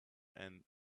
and